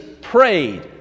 prayed